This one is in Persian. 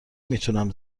میتونم